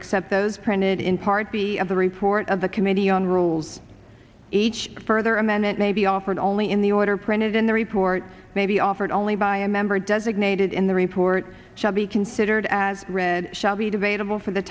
except those printed in part b of the report of the committee on rules each further amendment may be offered only in the order printed in the report may be offered only by a member designated in the report shall be considered as read shall be debatable for the